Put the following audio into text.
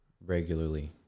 regularly